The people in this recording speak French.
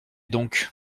donc